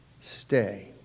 stay